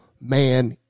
man